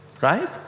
Right